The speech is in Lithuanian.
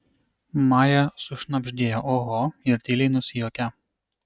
maja sušnabždėjo oho ir tyliai nusijuokė